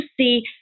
see